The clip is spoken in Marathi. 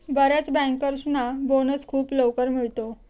बर्याच बँकर्सना बोनस खूप लवकर मिळतो